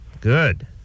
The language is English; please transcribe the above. Good